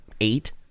eight